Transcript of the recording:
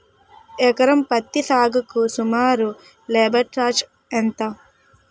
ఎకరం పత్తి సాగుకు సుమారు లేబర్ ఛార్జ్ ఎంత?